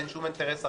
אין שום אינטרס אחר.